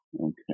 Okay